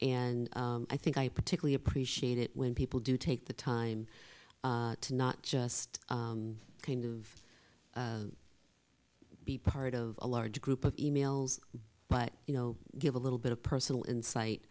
and i think i particularly appreciate it when people do take the time to not just kind of be part of a large group of e mails but you know give a little bit of personal insight